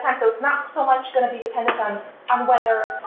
and so it's not so much gonna be dependent on um whether.